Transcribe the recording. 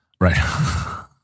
Right